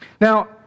Now